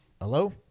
Hello